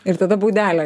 ir tada baudelė